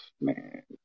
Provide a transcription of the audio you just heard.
man